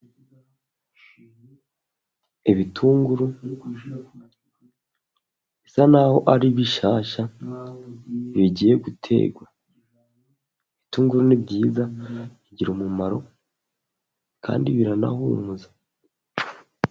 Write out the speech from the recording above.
Ibitunguru bisa n'aho ari bishyashya bigiye guterwa, ibitunguru ni byiza, bigira umumaro kandi biranahumuza.